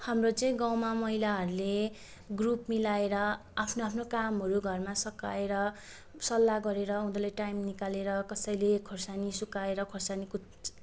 हाम्रो चाहिँ गाउँमा महिलाहरूले ग्रुप मिलाएर आफ्नो आफ्नो कामहरू घरमा सघाएर सल्लाह गरेर उनीहरूले टाइम निकालेर कसैले खोर्सानी सुकाएर खोर्सानीको